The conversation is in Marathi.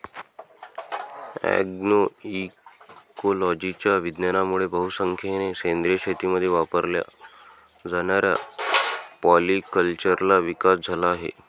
अग्रोइकोलॉजीच्या विज्ञानामुळे बहुसंख्येने सेंद्रिय शेतीमध्ये वापरल्या जाणाऱ्या पॉलीकल्चरचा विकास झाला आहे